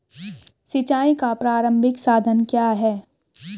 सिंचाई का प्रारंभिक साधन क्या है?